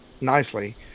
nicely